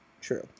True